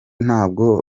ntabwo